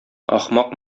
ахмак